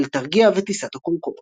כולל "תרגיע" ו"טיסת הקונקורד".